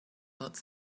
lots